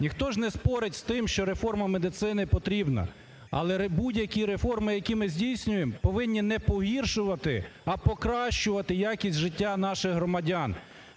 Ніхто ж не спорить з тим, що реформа медицини потрібна. Але будь-які реформи, які ми здійснюємо, повинні не погіршувати, а покращувати якість життя наших громадян.